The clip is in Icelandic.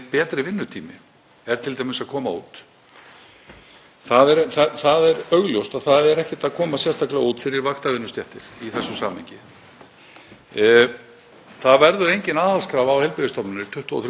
Það verður engin aðhaldskrafa á heilbrigðisstofnanir 2023 og 2024. Það er mjög mikilvægt. Ég vil hins vegar benda á það, af því að við byrjuðum á að ræða þessa skýrslu,